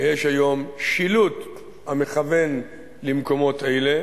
ויש היום שילוט המכוון למקומות אלה,